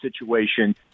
situation